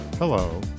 Hello